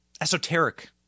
esoteric